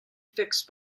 fixed